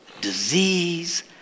disease